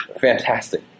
Fantastic